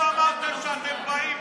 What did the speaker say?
אתם אמרתם שאתם באים,